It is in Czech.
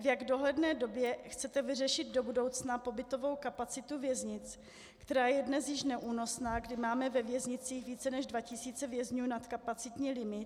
Jak v dohledné době chcete vyřešit do budoucna pobytovou kapacitu věznic, která je dnes již neúnosná, kdy máme ve věznicích více než 2 tisíce vězňů nad kapacitní limit.